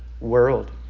world